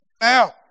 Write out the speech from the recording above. now